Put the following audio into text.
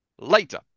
later